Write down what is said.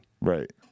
Right